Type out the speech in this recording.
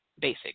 basic